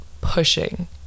pushing